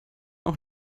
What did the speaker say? auch